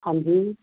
ਹਾਂਜੀ